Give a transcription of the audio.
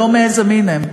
לא משנה איזה מין הם.